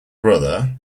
brother